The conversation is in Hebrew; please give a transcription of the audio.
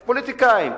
פוליטיקאים.